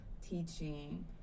teaching